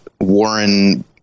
Warren